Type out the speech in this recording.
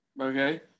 okay